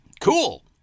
Cool